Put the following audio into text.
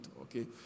Okay